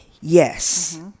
yes